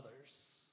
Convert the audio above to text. others